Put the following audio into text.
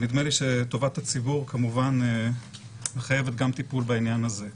ונדמה לי שטובת הציבור כמובן מחייבת גם טיפול בעניין הזה.